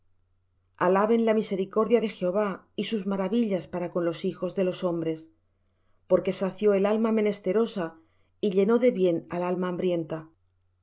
alaben la misericordia de jehová y sus maravillas para con los hijos de los hombres porque sació al alma menesterosa y llenó de bien al alma hambrienta